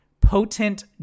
potent